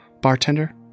bartender